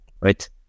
right